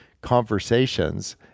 conversations